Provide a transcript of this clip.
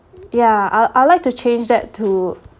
ya I'd I'd like to change that to